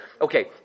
Okay